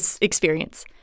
experience